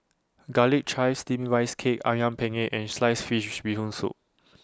Garlic Chives Steamed Rice Cake Ayam Penyet and Sliced Fish Bee Hoon Soup